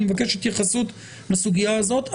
אני מבקש התייחסות לסוגיה הזאת.